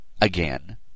again